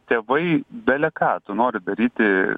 tėvai bele ką tu nori daryti